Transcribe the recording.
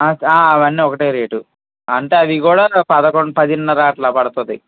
ఆ అవి అన్నీ ఒకటే రేటు అంటే అవి కూడా పదకొండు పదిన్నర అలా పడుతుంది